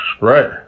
right